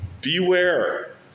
beware